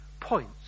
points